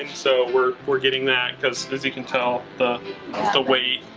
and so we're we're getting that cause as you can tell the the way,